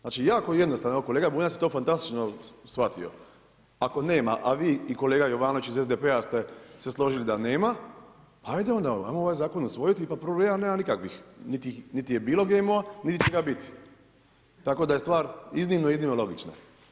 Znači jako jednostavno, evo kolega Bunjac je to fantastično shvatio, ako nema. a vi i kolega Jovanović iz SDP-a ste se složili da nema, ajde onda ajmo ovaj zakona usvojiti pa problema nema nikakvih niti je bilo GMO-a niti će ga biti, tako da je stvar iznimno, iznimno logična.